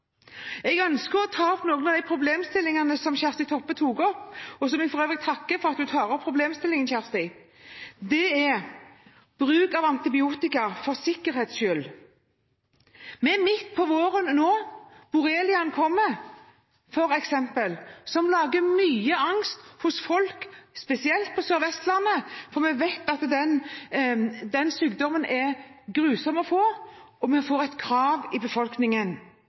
Jeg ønsker å ta opp noen av de problemstillingene som Kjersti Toppe tok opp, og jeg vil for øvrig takke henne for at hun tar opp problemstillingene. Én av disse er bruken av antibiotika for sikkerhets skyld: Vi er midt i våren nå, og f.eks. Borrelia-bakterien kommer. Den lager mye angst hos folk – spesielt på Sørvestlandet – for vi vet at den sykdommen er grusom å få, og vi får et krav i befolkningen.